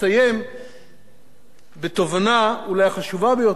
בתובנה, אולי החשובה ביותר בכל שבע שנותי כאן: